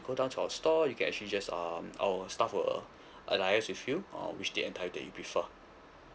go down to our store you can actually just um our staff will liaise with you on which date and time that you prefer